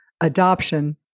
adoption